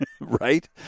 right